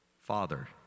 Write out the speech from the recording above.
Father